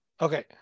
Okay